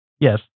Yes